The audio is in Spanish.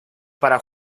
para